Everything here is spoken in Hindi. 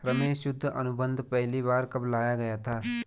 रमेश युद्ध अनुबंध पहली बार कब लाया गया था?